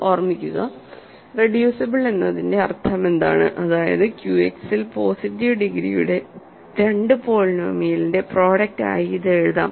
ഓർമ്മിക്കുക റെഡ്യൂസിബിൾ എന്നതിന്റെ അർത്ഥമെന്താണ് അതായത് Q X ൽ പോസിറ്റീവ് ഡിഗ്രിയുടെ രണ്ട് പോളിനോമിയലിന്റെ പ്രോഡക്ട് ആയി ഇത് എഴുതാം